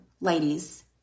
ladies